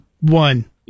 One